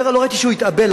לא ראיתי שהוא התאבל.